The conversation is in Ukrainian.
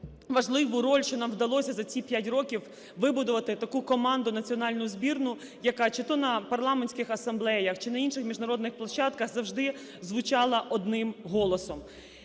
важливу роль, що нам вдалося за ці 5 років вибудувати таку команду, національну збірну, яка чи то на парламентських асамблеях, чи на інших міжнародних площадках завжди звучала одним голосом.